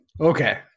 Okay